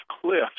cliffs